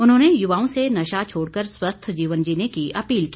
उन्होंने युवाओं से नशा छोड़कर स्वस्थ जीवन जीने की अपील की